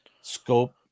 scope